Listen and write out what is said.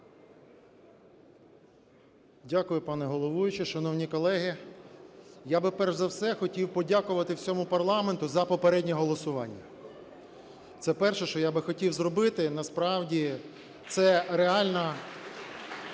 Дякую, пане головуючий. Шановні колеги, я би перш за все хотів подякувати всьому парламенту за попереднє голосування. Це перше, що я би хотів зробити. Насправді, це реально